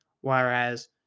Whereas